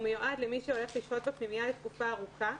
מיועד למי שהולך לשהות בפנימייה לתקופה ארוכה.